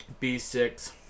B6